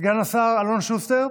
סגן השר אלון שוסטר,